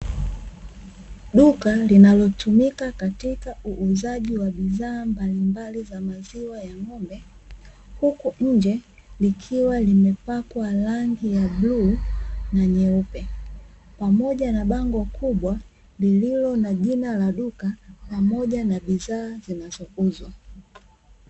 Duka linalotumika katika uuzaji wa bidhaa mbalimbali za maziwa ya ng'ombe, huku nje likiwa limepakwa rangi ya bluu na nyeupe, pamoja na bango kubwa lililo na jina la duka pamoja na bidhaa zinazouzwa.